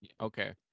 okay